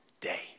day